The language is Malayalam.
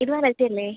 ഇത് വെറൈറ്റി അല്ലേ